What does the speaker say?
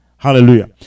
Hallelujah